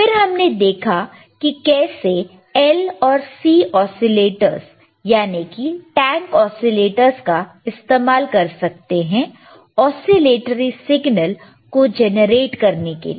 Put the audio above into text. फिर हमने देखा कि कैसे L और C ओसीलेटरस याने की टेंक ओसीलेटरस का इस्तेमाल कर सकते हैं ओसीलेटरी सिग्नल को जनरेट करने के लिए